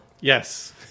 Yes